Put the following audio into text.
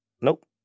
Nope